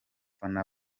bana